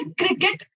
cricket